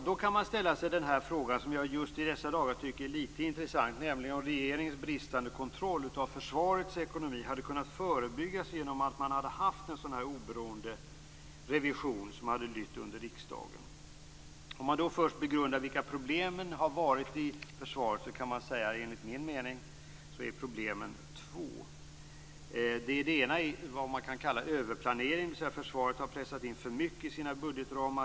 Då kan man ställa sig den fråga som jag just i dessa dagar tycker är litet intressant, nämligen om regeringens bristande kontroll av försvarets ekonomi hade kunnat förebyggas genom att man hade haft en oberoende revision som hade lytt under riksdagen. Låt oss då först begrunda vilka problemen har varit i försvaret. Enligt min mening är problemen två. Det ena är vad man kan kalla överplanering, dvs. försvaret har pressat in för mycket i sina budgetramar.